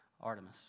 Artemis